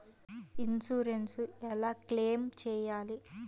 Insurance ఎలా claim చేయాలి?